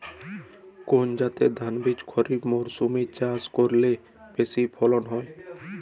কোন জাতের ধানবীজ খরিপ মরসুম এ চাষ করলে বেশি ফলন হয়?